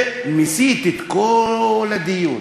ומסיט את כל הדיון.